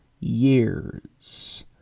years